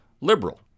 liberal